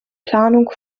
planung